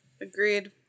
agreed